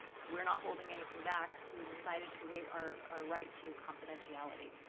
we're not holding anything back. we've decided to waive our our right to confidentiality.